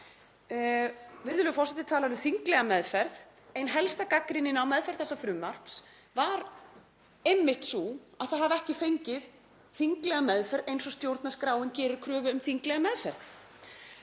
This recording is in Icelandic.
Virðulegur forseti talar um þinglega meðferð. Ein helsta gagnrýnin á meðferð þessa frumvarps var einmitt sú að það hefði ekki fengið þinglega meðferð eins og stjórnarskráin gerir kröfu um þinglega meðferð.